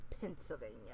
Pennsylvania